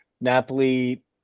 Napoli